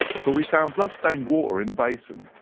for we found blood-stained water in the basin,